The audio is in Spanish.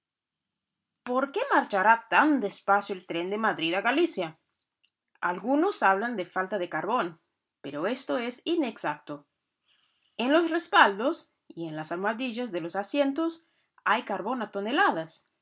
por qué marchará tan despacio el tren de madrid a galicia algunos hablan de falta de carbón pero esto es inexacto en los respaldos y en las almohadillas de los asientos hay carbón a toneladas